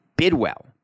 Bidwell